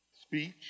speech